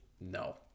No